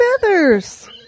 feathers